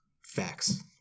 Facts